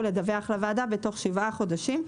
יצטרכו לדווח הוועדה בתוך שבעה חודשים,